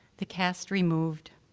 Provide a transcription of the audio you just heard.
the cast removed,